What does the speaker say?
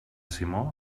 simó